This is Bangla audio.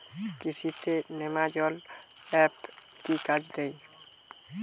কৃষি তে নেমাজল এফ কি কাজে দেয়?